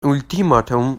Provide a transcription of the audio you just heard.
ultimatum